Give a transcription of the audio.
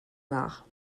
nach